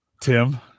Tim